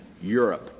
Europe